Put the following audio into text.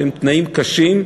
שהם תנאים קשים שמאלצים,